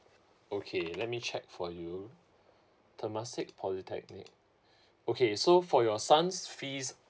okay let me check for you temasek polytechnic okay so for your son's fees